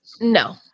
No